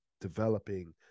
developing